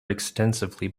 extensively